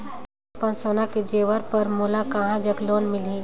अपन सोना के जेवर पर मोला कहां जग लोन मिलही?